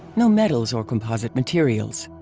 no metals or composite materials.